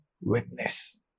witness